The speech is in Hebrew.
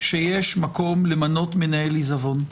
שיש מקום למנות מנהל עיזבון.